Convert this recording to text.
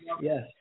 Yes